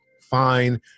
fine